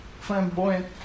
flamboyant